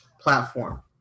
platform